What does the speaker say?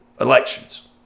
elections